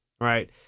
right